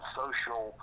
social